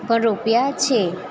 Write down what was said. પણ રોપ્યા છે